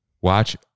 watch